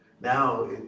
Now